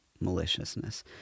maliciousness